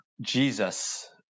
Jesus